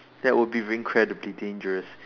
that would be incredibly dangerous